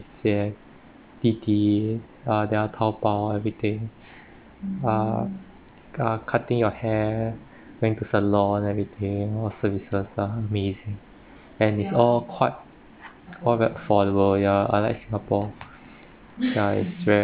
there are didi uh there are taobao everything uh uh cutting your hair went to salon everything all services are amazing and it's all quite all quite affordable ya unlike singapore ya it's very